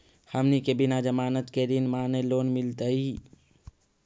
हमनी के बिना जमानत के ऋण माने लोन मिलतई?